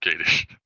Okay